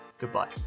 goodbye